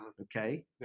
okay